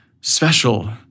special